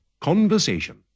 Conversation